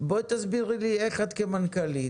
בואי תסבירי לי איך את כמנכ"לית